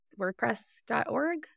WordPress.org